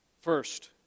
First